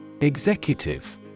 Executive